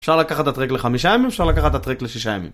אפשר לקחת את הטרק לחמישה ימים, אפשר לקחת את הטרק לשישה ימים.